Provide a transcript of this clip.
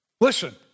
Listen